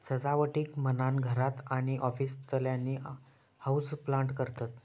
सजावटीक म्हणान घरात आणि ऑफिसातल्यानी हाऊसप्लांट करतत